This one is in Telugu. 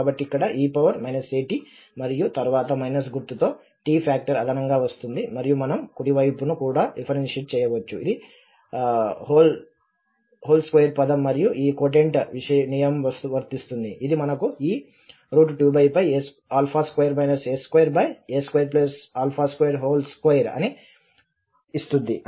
కాబట్టి ఇక్కడ e at మరియు తరువాత మైనస్ గుర్తుతో t ఫాక్టర్ అదనంగా వస్తుంది మరియు మనం కుడి వైపును కూడా డిఫరెన్షియేట్ చేయవచ్చు ఇది హోల్ స్క్వేర్ పదం మరియు ఈ కోటెంట్ నియమం వర్తిస్తుంది ఇది మనకు ఈ 22 a2a222 ని ఇస్తుంది